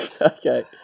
Okay